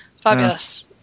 Fabulous